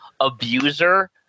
abuser